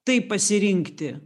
tai pasirinkti